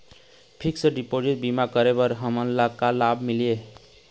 Fix deposit बीमा करे ले हमनला का लाभ मिलेल?